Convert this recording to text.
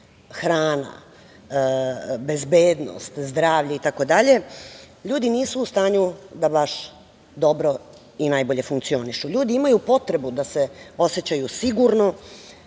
hrana, bezbednost, zdravlje, itd., ljudi nisu u stanju da baš dobro i najbolje funkcionišu. Ljudi imaju potrebu da se osećaju sigurno,